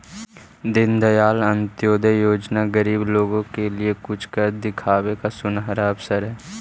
दीनदयाल अंत्योदय योजना गरीब लोगों के लिए कुछ कर दिखावे का सुनहरा अवसर हई